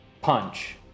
punch